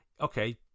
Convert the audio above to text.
okay